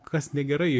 kas negerai